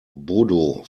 bodo